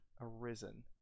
arisen